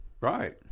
right